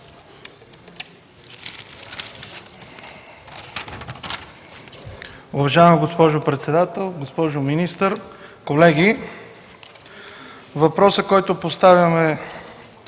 Въпросът, който поставяме